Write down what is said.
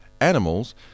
animals